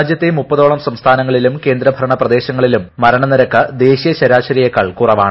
രാജ്യത്തെ മുപ്പതോളം സംസ്ഥാനങ്ങളിലും കേന്ദ്രഭരണ പ്രദേശങ്ങളിലും മരണ നിരക്ക് ദേശീയ ശരാശരിയെക്കാൾ കുറവാണ്